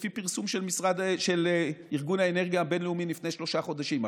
לפי פרסום של ארגון האנרגיה הבין-לאומי מלפני שלושה חודשים,